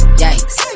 yikes